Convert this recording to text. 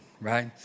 right